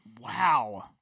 Wow